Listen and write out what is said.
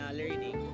learning